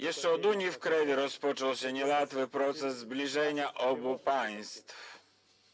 Jeszcze od unii w Krewie rozpoczął się niełatwy proces zbliżenia obu państw.